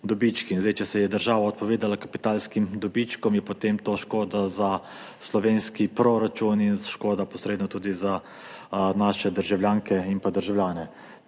dobički. Če se je država odpovedala kapitalskim dobičkom, je potem to škoda za slovenski proračun in škoda posredno tudi za naše državljanke in državljane.